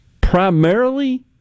primarily